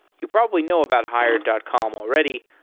you probably know about hired dot com already.